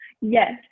Yes